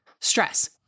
Stress